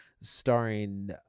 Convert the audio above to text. starring